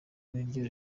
niryo